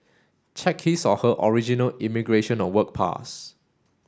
check his or her original immigration or work pass